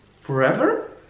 forever